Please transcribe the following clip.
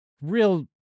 real